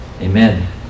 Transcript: Amen